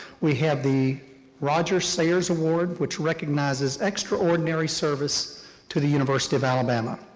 we have the roger sayers award, which recognizes extraordinary service to the university of alabama.